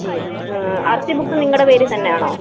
ഉം R C book നിങ്ങളുടെ പേരിൽ തന്നെ ആണോ